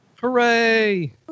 Hooray